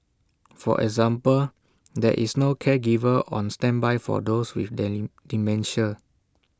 for example there is no caregiver on standby for those with dementia